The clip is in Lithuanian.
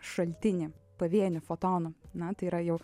šaltinį pavienių fotonų na tai yra jau